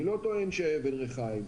אני לא טוען שהיא אבן רחיים.